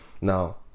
now